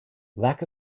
lack